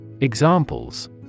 Examples